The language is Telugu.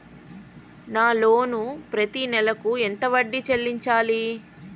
నా లోను పత్తి నెల కు ఎంత వడ్డీ చెల్లించాలి?